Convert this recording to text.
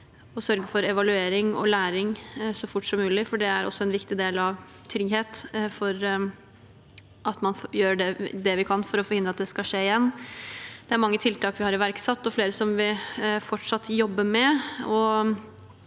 å sørge for evaluering og læring så fort som mulig, for det er også en viktig del av tryggheten for at man gjør det vi kan for å forhindre at det skal skje igjen. Det er mange tiltak vi har iverksatt, og flere som vi fortsatt jobber med,